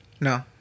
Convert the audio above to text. No